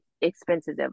expensive